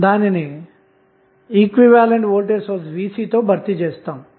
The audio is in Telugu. ఇప్పుడు థెవినిన్ వోల్టేజ్ విలువను కనుగొందాము